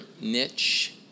niche